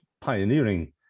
pioneering